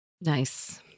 Nice